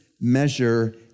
measure